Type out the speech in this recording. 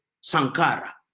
Sankara